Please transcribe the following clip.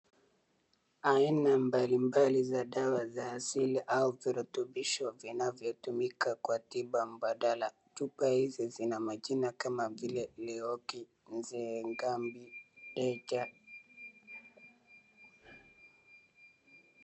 Aina mbalimbali za dawa za asili au virutumbisho vinavyotumika kwa tiba mbadala. Chupa hizi zina majina kama vile Leoki, Nzegambi, Deja.